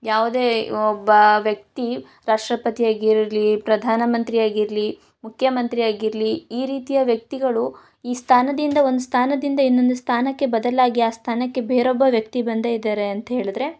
ಯಾವುದೇ ಒಬ್ಬ ವ್ಯಕ್ತಿ ರಾಷ್ಟ್ರಪತಿ ಆಗಿರಲಿ ಪ್ರಧಾನಮಂತ್ರಿ ಆಗಿರಲಿ ಮುಖ್ಯಮಂತ್ರಿ ಆಗಿರಲಿ ಈ ರೀತಿಯ ವ್ಯಕ್ತಿಗಳು ಈ ಸ್ಥಾನದಿಂದ ಒಂದು ಸ್ಥಾನದಿಂದ ಇನ್ನೊಂದು ಸ್ಥಾನಕ್ಕೆ ಬದಲಾಗಿ ಆ ಸ್ಥಾನಕ್ಕೆ ಬೇರೊಬ್ಬ ವ್ಯಕ್ತಿ ಬಂದೆ ಇದಾರೆ ಅಂತೇಳಿದ್ರೆ